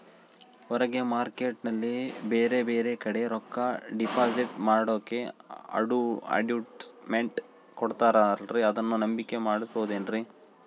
ಹೊರಗೆ ಮಾರ್ಕೇಟ್ ನಲ್ಲಿ ಬೇರೆ ಬೇರೆ ಕಡೆ ರೊಕ್ಕ ಡಿಪಾಸಿಟ್ ಮಾಡೋಕೆ ಅಡುಟ್ಯಸ್ ಮೆಂಟ್ ಕೊಡುತ್ತಾರಲ್ರೇ ಅದನ್ನು ನಂಬಿಕೆ ಮಾಡಬಹುದೇನ್ರಿ?